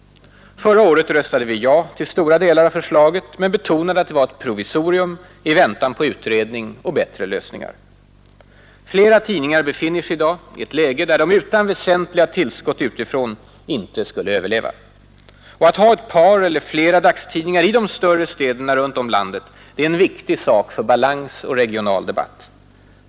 Förra året Nr 85 provisorium i väntan på utredning och bättre lösningar. Flera tidningar 24 maj 1972 befinner sig i dag i ett läge där de utan väsentliga tillskott utifrån inte = skulle överleva. Och att ha ett par eller flera dagstidningar i de större Skatt på reklam, städerna runt om i landet är en viktig sak för balans och regional debatt. 1. 1.